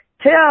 tell